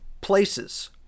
places